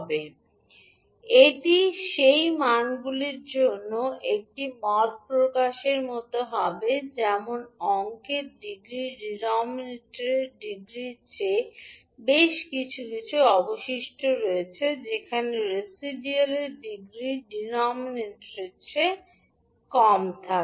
𝐻𝑠 𝑘𝑛 𝑠𝑛 𝑘𝑛−1 𝑠𝑛−1 ⋯ 𝑘1 𝑠 𝑘0 𝑅𝑠 𝐷𝑠 এটি সেই মানগুলির জন্য একটি মত প্রকাশের মতো হবে যেমন নংকের ডিগ্রি ডিনোমিনেটরের ডিগ্রির চেয়ে বেশি কিছু কিছু অবশিষ্ট রয়েছে যেখানে রেসিডিয়ালের ডিগ্রি ডিনোমিনেটরের চেয়ে কম থাকে